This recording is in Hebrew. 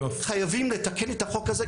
חייבים לתקן את החוק הזה,